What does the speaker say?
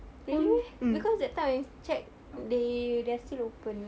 really meh because that time I checked they they're still open